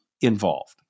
involved